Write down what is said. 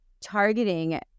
targeting